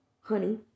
honey